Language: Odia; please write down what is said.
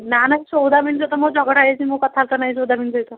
ନା ନା ସୌଦାମିନିର ତ ମୋର ଝଗଡ଼ା ହେଇଛି ମୋର କଥାବାର୍ତ୍ତା ନାଇ ସୌଦାମିନି ସହିତ